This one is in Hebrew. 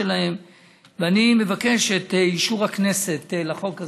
ואני מבקש את אישור הכנסת לחוק הזה,